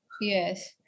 Yes